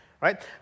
right